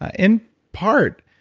ah in part,